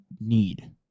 need